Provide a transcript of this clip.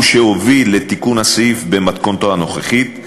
שהוביל לתיקון הסעיף במתכונתו הנוכחית,